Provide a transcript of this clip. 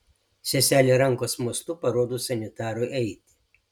seselė rankos mostu parodo sanitarui eiti